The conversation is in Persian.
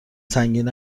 سنگین